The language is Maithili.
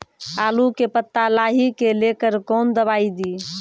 आलू के पत्ता लाही के लेकर कौन दवाई दी?